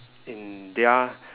in their